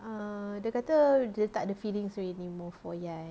err dia kata dia tak ada feelings already for ian